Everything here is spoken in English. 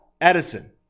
Edison